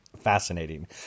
fascinating